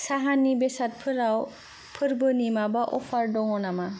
साहानि बेसादफोराव फोरबोनि माबा अफार दङ नामा